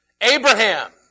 Abraham